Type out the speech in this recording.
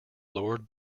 lord